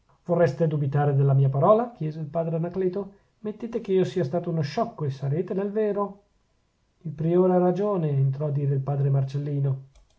vorreste dubitare della mia parola chiese il padre anacleto mettete che io sia stato uno sciocco e sarete nel vero il priore ha ragione entrò a dire il padre marcellino